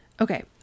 Okay